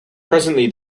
presently